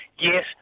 Yes